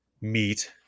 meet